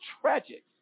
tragic